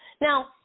Now